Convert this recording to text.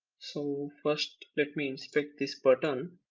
so first let me inspect this button.